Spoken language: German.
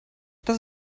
das